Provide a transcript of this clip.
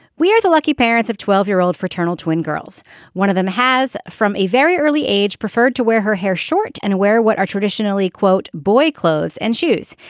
we are the lucky parents of twelve year old fraternal twin girls one of them has from a very early age preferred to wear her hair short and wear what are traditionally quote boy clothes and shoes.